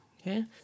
okay